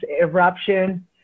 eruption